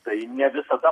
tai ne visada